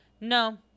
No